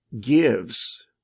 gives